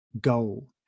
goal